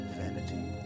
vanity